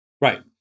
Right